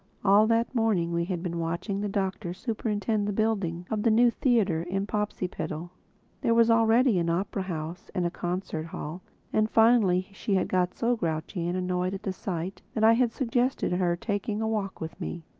all that morning we had been watching the doctor superintend the building of the new theatre in popsipetel there was already an opera-house and a concert-hall and finally she had got so grouchy and annoyed at the sight that i had suggested her taking a walk with me.